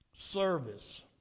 Service